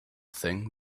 thing